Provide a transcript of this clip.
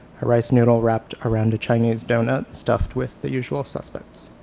a rice noodle wrapped around a chinese donut stuffed with the usual suspects.